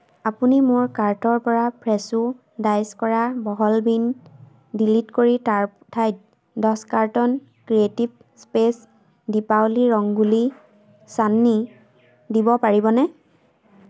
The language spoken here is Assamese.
আপুনি মোৰ কাৰ্টৰপৰা ফ্ৰেছো ডাইচ কৰা বহল বীন ডিলিট কৰি তাৰ ঠাইত দছ কাৰ্টন ক্ৰিয়েটিভ স্পেচ দীপাৱলী ৰংগোলী চান্নী দিব পাৰিবনে